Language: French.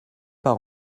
par